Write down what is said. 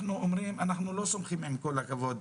עם כל הכבוד,